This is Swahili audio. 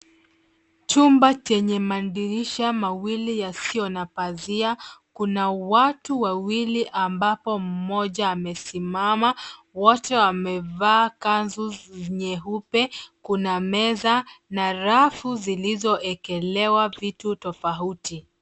Chumba chenye madirisha mawili yasio na pazia. Kuna watu wawili ambapo mmoja amesimama. Wote wamevaa nyeupe. Kuna meza, na rafu zilizoekelewa vitu tofauti.